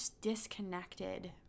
disconnected